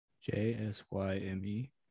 J-S-Y-M-E